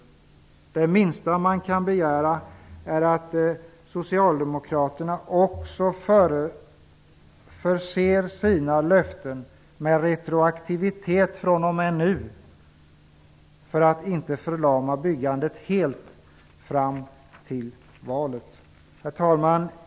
Det minsta man kan begära är att socialdemokraterna också förser sina löften med retroaktivitet fr.o.m. nu för att inte förlama byggandet helt fram till valet. Herr talman!